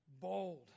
Bold